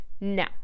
No